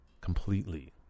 completely